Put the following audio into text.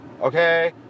okay